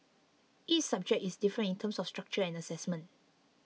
each subject is different in terms of structure and assessment